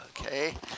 okay